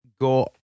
go